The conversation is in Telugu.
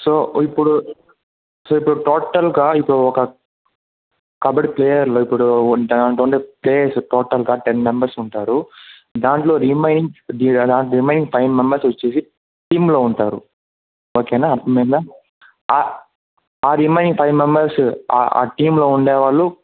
సో ఇప్పుడు సో ఇప్పుడు టోటల్గా ఇప్పుడు ఒక కబడీ ప్లేయర్లు ఇప్పుడు ఉంటారు అనుకోండి ప్లేయర్స్ టోటల్గా టెన్ మెంబెర్స్ ఉంటారు దాంట్లో రిమైన్ రిమైన్ ఫైవ్ మెంబెర్స్ వచ్చేసి టీంలో ఉంటారు ఓకేనా అర్థమయ్యిందా ఆ రిమైన్ ఫైవ్ మెంబెర్స్ ఆ టీంలో ఉండేవాళ్ళు